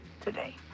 today